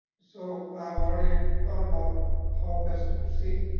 so i've already thought about how best to proceed.